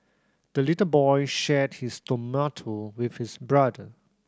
the little boy shared his tomato with his brother